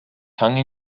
tongue